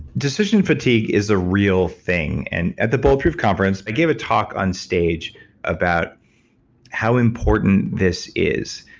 decision fatigue is a real thing. and at the bulletproof conference, i gave a talk on stage about how important this is.